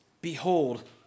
Behold